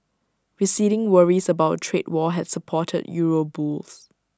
receding worries about A trade war had supported euro bulls